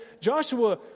Joshua